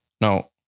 no